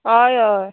हय हय